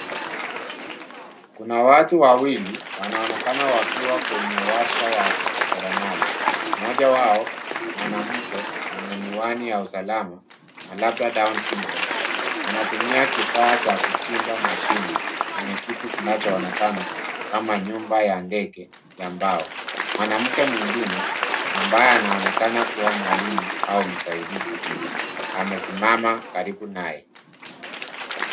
Kuna watunwawili wanaonekana wakiwa kwenye warsha ya useremala. Mmoja wao mwanamke mwenye miwani ya usalama na labda down sydrome anatumia kifaa cha kuchimba mashimo kwenye kitu kinachoonekana kama nyumba ya ndege ya mbao. mwanamke mwingine ambaye anaonekana kuwa mwalimu au msaidizi amesimama karibu naye.